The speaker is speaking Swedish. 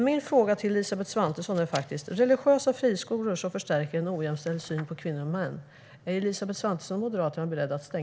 Min fråga är: Är Elisabeth Svantesson och Moderaterna beredda att stänga religiösa friskolor som förstärker en ojämställd syn på kvinnor och män?